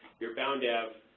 you're bound to have